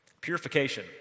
Purification